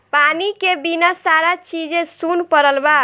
पानी के बिना सारा चीजे सुन परल बा